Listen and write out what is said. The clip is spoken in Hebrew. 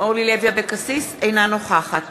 אינה נוכחת